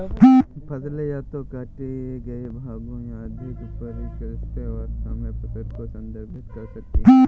फसलें या तो काटे गए भागों या अधिक परिष्कृत अवस्था में फसल को संदर्भित कर सकती हैं